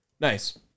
nice